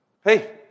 hey